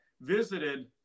visited